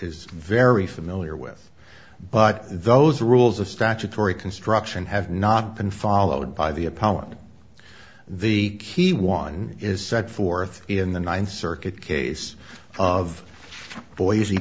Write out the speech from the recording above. is very familiar with but those rules of statutory construction have not been followed by the opponent the key one is set forth in the ninth circuit case of boise